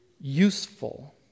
useful